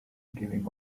giving